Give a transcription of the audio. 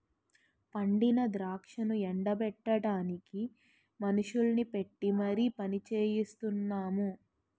పండిన ద్రాక్షను ఎండ బెట్టడానికి మనుషుల్ని పెట్టీ మరి పనిచెయిస్తున్నాము